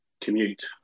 commute